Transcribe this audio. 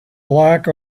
black